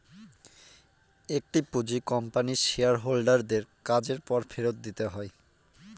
একটি পুঁজি কোম্পানির শেয়ার হোল্ডার দের কাজের পর ফেরত দিতে হয়